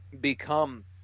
become